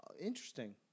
interesting